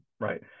Right